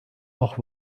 auch